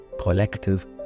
collective